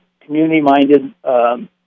community-minded